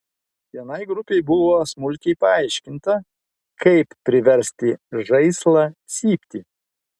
vienai grupei buvo smulkiai paaiškinta kaip priversti žaislą cypti